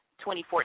2014